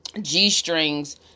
G-strings